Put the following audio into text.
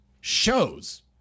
shows